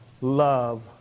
love